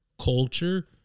culture